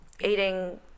Eating